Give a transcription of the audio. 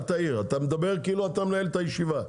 אתה מדבר כאילו אתה מנהל את הישיבה,